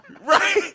Right